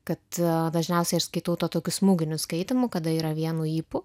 kad dažniausiai aš skaitau tuo tokiu smūginiu skaitymu kada yra vienu ypu